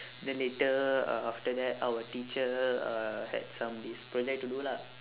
then later uh after that our teacher uh had some this project to do lah